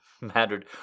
mattered